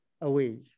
away